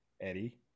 Eddie